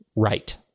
Right